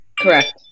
Correct